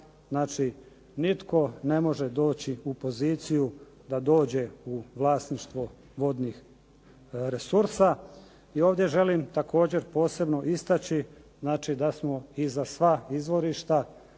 Znači nitko ne može doći u poziciju da dođe u vlasništvo vodnih resursa. I ovdje želim također posebno istaći, znači da smo i za sva izvorišta,